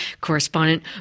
Correspondent